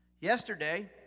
Yesterday